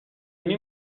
علمی